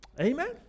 Amen